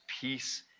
peace